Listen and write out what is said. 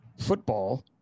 Football